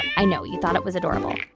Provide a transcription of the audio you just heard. i know. you thought it was adorable.